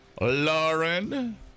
Lauren